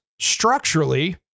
structurally